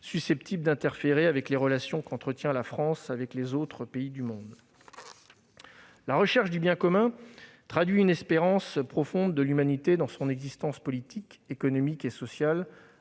susceptible d'interférer avec les relations qu'entretient la France avec les autres pays du monde. La recherche du bien commun traduit une espérance profonde de l'humanité dans son existence politique, économique et sociale.